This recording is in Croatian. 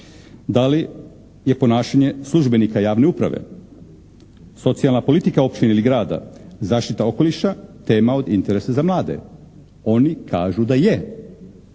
da li je ponašanje službenika javne uprave, socijalne politika općine ili grada, zaštita okoliša tema od interesa za mlade. Oni kažu da je.